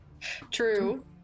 True